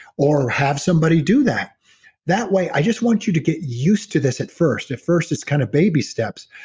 or have somebody do that that way i just want you to get used to this at first. at first it's kind of baby steps.